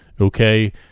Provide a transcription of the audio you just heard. Okay